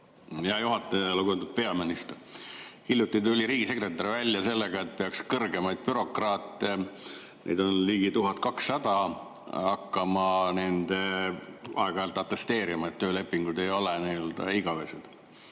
Hea juhataja! Lugupeetud peaminister! Hiljuti tuli riigisekretär välja sellega, et peaks kõrgemaid bürokraate – neid on ligi 1200 – hakkama aeg-ajalt atesteerima, et töölepingud ei ole neil igavesed.